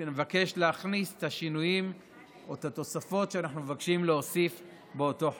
נבקש להכניס את השינויים ואת התוספות שאנחנו מבקשים להוסיף באותו חוק.